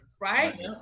right